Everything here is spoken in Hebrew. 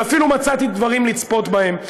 ואפילו מצאתי דברים לצפות בהם,